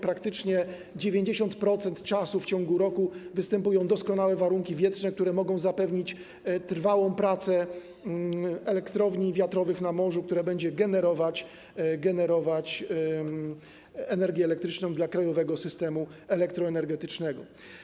Praktycznie przez 90% czasu w ciągu roku występują doskonałe warunki wietrzne mogące zapewnić trwałą pracę elektrowni wiatrowych na morzu, która będzie generować energię elektryczną dla krajowego systemu elektroenergetycznego.